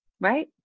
right